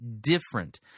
different